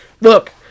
look